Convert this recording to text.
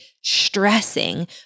stressing